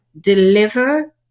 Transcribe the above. deliver